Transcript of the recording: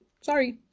sorry